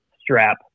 strap